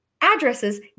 addresses